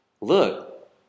Look